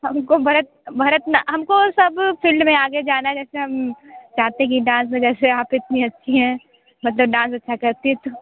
हमको भरत भरत हमको सब फील्ड में आगे जाना है जैसे हम चाहते हैं कि डांस में जैसे आप इतनी अच्छी हैं मतलब डांस अच्छा करती हैं तो